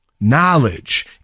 Knowledge